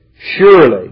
surely